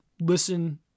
listen